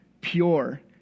pure